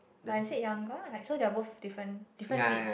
but is it younger like so they are both different different breeds